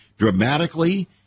dramatically